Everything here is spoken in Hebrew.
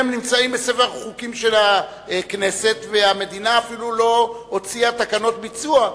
הם נמצאים בספר החוקים של הכנסת והמדינה אפילו לא הוציאה תקנות ביצוע.